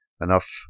enough